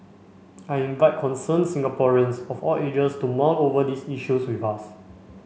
I invite concerned Singaporeans of all ages to mull over these issues with us